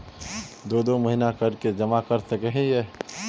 दो दो महीना कर के जमा कर सके हिये?